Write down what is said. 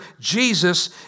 Jesus